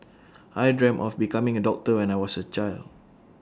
I dreamt of becoming A doctor when I was A child